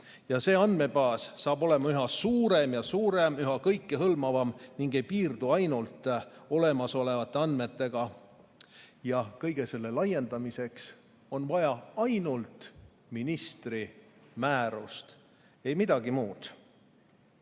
See andmebaas saab olema üha suurem ja suurem, üha kõikehõlmavam ning ei piirdu ainult olemasolevate andmetega. Ja kõige selle laiendamiseks on vaja ainult ministri määrust, ei midagi muud.